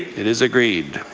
it is agreed.